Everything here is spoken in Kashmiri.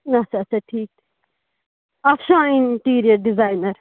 اچھا اچھا ٹھیٖک ٹھیٖک آچھا اِنٹیٖریَر ڈِزاینَر